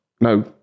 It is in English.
No